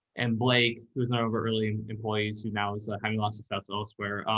and blake who was over early employees, who now is having lots of festivals where,